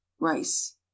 Rice